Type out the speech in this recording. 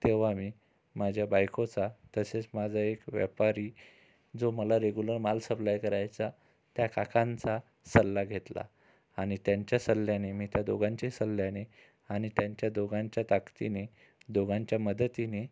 तेव्हा मी माझ्या बायकोचा तसेच माझा एक व्यापारी जो मला रेग्युलर माल सप्लाय करायचा त्या काकांचा सल्ला घेतला आणि त्यांच्या सल्ल्याने मी त्या दोघांच्या सल्ल्याने आणि त्यांच्या दोघांच्या ताकदीनी दोघांच्या मदतीनी